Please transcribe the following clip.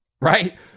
right